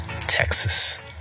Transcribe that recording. Texas